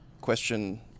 question